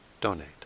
donate